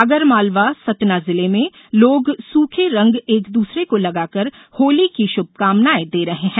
आगरमालवा सतना जिले में लोग सूखे रंग एक दूसरे को लगाकर होली की शुभकामनाएं दे रहे है